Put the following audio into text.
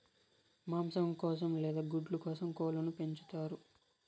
మాంసం కోసం లేదా గుడ్ల కోసం కోళ్ళను పెంచుతారు